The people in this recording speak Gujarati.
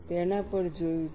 તેના પર જોયું છે